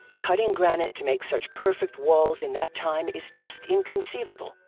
cutting granite to make such perfect walls in that time is just inconceivable.